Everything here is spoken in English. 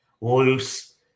loose